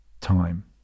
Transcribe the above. time